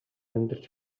амьдарч